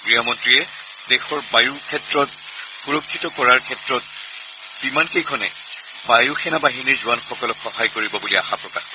গৃহমন্ত্ৰীয়ে দেশৰ বায়ু ক্ষেত্ৰত সুৰক্ষিত কৰাৰ ক্ষেত্ৰত বিমান কেইখনে বায়ু সেনা বাহিনীৰ জোৱানসকলক সহায় কৰিব বুলি আশা প্ৰকাশ কৰে